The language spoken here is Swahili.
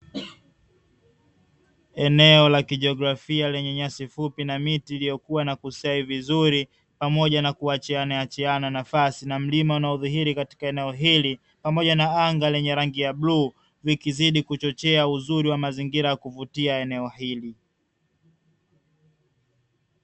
Eneo la kijiografia lenyanyasi fupi na miti iliyokuwa na kusai vizuri pamoja na kuachianachiana nafasi na mlima na udhihiri katika eneo hili, pamoja na anga lenye rangi ya bluu wiki zidi kuchochea uzuri wa mazingira ya kuvutia eneo hili.